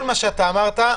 כל מה שאתה אמרת,